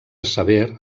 sever